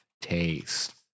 taste